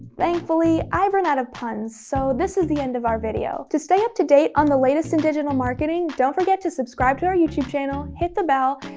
thankfully i've run out of puns, so this is the end of our video. to stay up-to-date on the latest in digital marketing, don't forget to subscribe to our youtube channel, hit the bell,